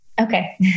Okay